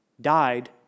died